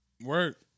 Work